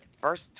first